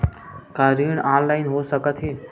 का ऋण ऑनलाइन हो सकत हे?